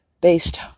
based